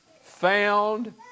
found